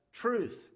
truth